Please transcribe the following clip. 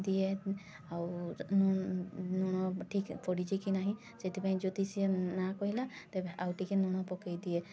ଦିଏ ଆଉ ଲୁଣ ଠିକରେ ପଡ଼ିଛିକି ନାହିଁ ସେଥିପାଇଁ ଯଦି ସିଏ ନାଁ କହିଲା ତେବେ ଆଉ ଟିକେ ଲୁଣ ପକାଇଦିଏ